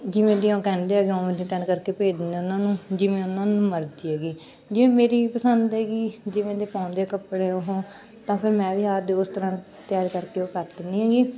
ਜਿਵੇਂ ਦੀਆਂ ਉਹ ਕਹਿੰਦੇ ਹੈਗੇ ਉਵੇਂ ਦੀਆਂ ਤਿਆਰ ਕਰਕੇ ਭੇਜ ਦਿੰਦੇ ਉਹਨਾਂ ਨੂੰ ਜਿਵੇਂ ਉਹਨਾਂ ਨੂੰ ਮਰਜ਼ੀ ਹੈਗੀ ਜੇ ਮੇਰੀ ਪਸੰਦ ਹੈਗੀ ਜਿਵੇਂ ਦੇ ਪਾਉਂਦੇ ਕੱਪੜੇ ਉਹ ਤਾਂ ਫਿਰ ਮੈਂ ਵੀ ਆਪਦੇ ਉਸ ਤਰ੍ਹਾਂ ਤਿਆਰ ਕਰਕੇ ਉਹ ਕਰ ਦਿੰਦੀ ਹੈਗੀ